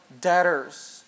debtors